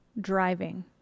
driving